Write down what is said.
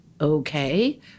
okay